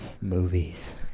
Movies